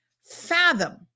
fathom